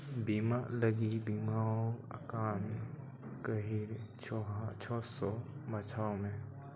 ᱵᱤᱢᱟᱜ ᱞᱟᱹᱜᱤᱫ ᱵᱤᱢᱟᱣ ᱟᱠᱟᱱ ᱜᱟᱹᱦᱤᱨ ᱪᱷᱚ ᱦᱟ ᱪᱷᱚ ᱥᱚ ᱵᱟᱪᱷᱟᱣ ᱢᱮ